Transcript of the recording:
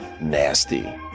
nasty